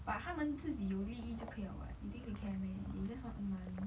but 他们自己有利益就可以了 [what] you think they care meh they just want to earn money